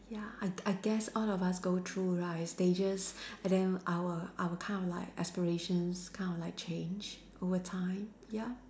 ya I I guess all of us go through right stages and then our our kind of like aspirations kind of like change over time ya